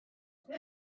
cover